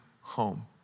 home